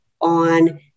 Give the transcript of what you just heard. on